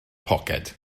poced